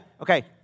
okay